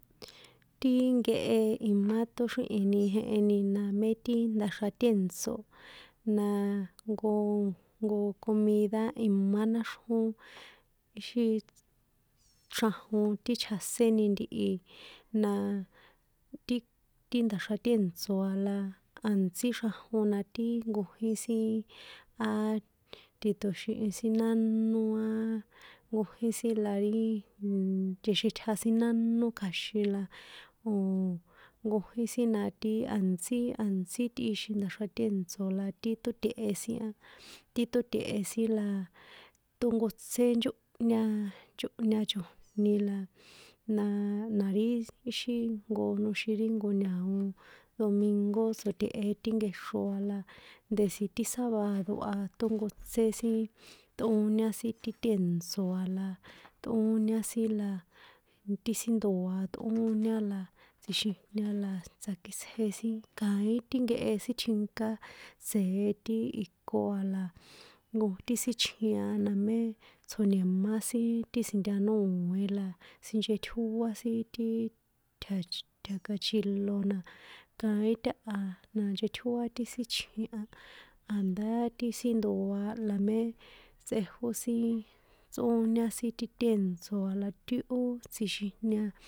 Ti nkehe imá ṭóxríhini jeheni la mé ti nda̱xra tèntso̱, na jnko comida imá náxrjón kixin, xrajon ti chjaséni ntihi, na ti ki ndaxra tèntso̱ a la a̱ntsí xrajon na ti nkojín sin á ti̱ṭo̱xihin sin nánó a, nkojín sin la ri nchexitja sin nánó kja̱xin la o̱ nkojín na ti a̱ntsí, a̱ntsí, tꞌixin nda̱xra tièntso̱ la ti ṭóte̱he sin a, ti ṭóte̱he̱ sin la ṭónkotsé nchónhña, nchónhña chojni la, naaaa, na ri íxin nko noxin ri nko ña̱o domingo tso̱tehe̱ ti nkexro a la, ndesi ti sábado a ṭónkotsé sin tꞌóña sin ti tèntso̱ a la, ṭꞌóña sin la, nti sin ndoa ṭꞌóñá la, tsjixijña la tsakitsje sin kaín ti nkehe sítjinka tse̱e ti iko a la, nko ti sin chjin a namé tsjo̱nimá sin ti si̱ntanòe la sinchetjóa sin ti tjanch, tja̱kachilo na, kaín táha na nchetjóa ti sin chjin a, a̱ndá ti sin ndoa la mé tsꞌejó sin tsꞌóñá sin ti tèntso̱ a la ti ó tsjixijña.